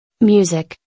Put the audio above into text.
Music